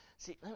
See